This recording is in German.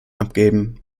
abgeben